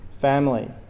family